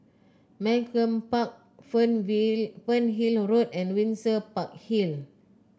Malcolm Park Fernhill Road and Windsor Park Hill